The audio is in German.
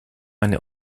eine